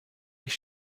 ich